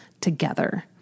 together